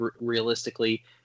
realistically